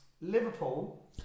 Liverpool